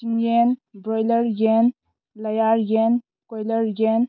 ꯆꯤꯡꯌꯦꯟ broiler ꯌꯦꯟ layer ꯌꯦꯟ ꯀꯣꯏꯂ꯭ꯔ ꯌꯦꯟ